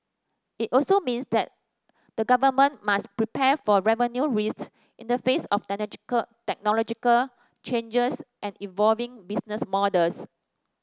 it also means that the government must prepare for revenue risks in the face of technological changes and evolving business models